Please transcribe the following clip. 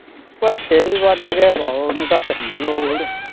भट्ठे बी पंज गै पाओ न घट्ट खांदे लोक थोह्ड़े